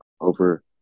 over